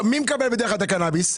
מי מקבל בדרך כלל את הקנאביס?